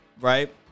right